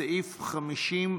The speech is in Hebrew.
לאחר סעיף 1,